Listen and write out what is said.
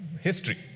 history